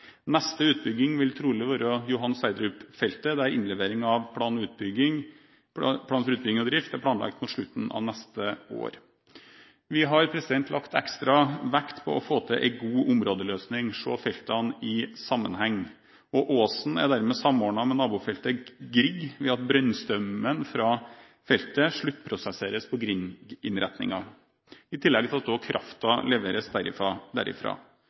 Neste utbygging vil trolig være Johan Sverdrup-feltet, der innlevering av plan for utbygging og drift, PUD, er planlagt mot slutten av neste år. Vi har lagt ekstra vekt på å få til en god områdeløsning og se feltene i sammenheng. Ivar Aasen-feltet er dermed samordnet med nabofeltet Edvard Grieg, ved at brønnstrømmen fra feltet sluttprosesseres på Edvard Grieg-innretningen. I tillegg